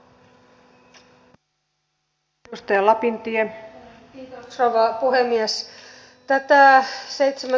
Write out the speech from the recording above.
rouva puhemies